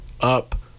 up